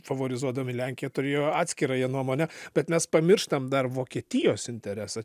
favorizuodami lenkiją turėjo atskirą jie nuomonę bet mes pamirštam dar vokietijos interesą